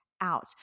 out